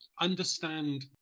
understand